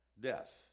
death